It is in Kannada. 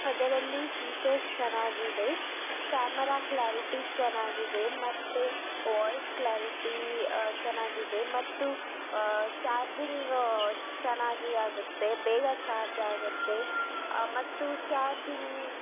ಅದರಲ್ಲಿ ಫೀಚರ್ಸ್ ಚೆನ್ನಾಗಿದೆ ಕ್ಯಾಮರಾ ಕ್ಲ್ಯಾರಿಟಿ ಚೆನ್ನಾಗಿದೆ ಮತ್ತು ವಾಯ್ಸ್ ಕ್ಲ್ಯಾರಿಟಿ ಚೆನ್ನಾಗಿದೆ ಮತ್ತು ಚಾರ್ಜಿಂಗ್ ಚೆನ್ನಾಗಿ ಆಗುತ್ತೆ ಬೇಗ ಚಾರ್ಜ್ ಆಗುತ್ತೆ ಮತ್ತು ಚಾರ್ಜಿಂಗ್